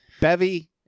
Bevy